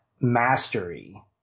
mastery